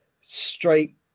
straight